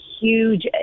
huge